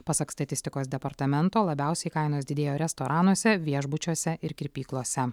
pasak statistikos departamento labiausiai kainos didėjo restoranuose viešbučiuose ir kirpyklose